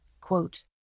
Quote